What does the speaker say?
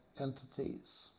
entities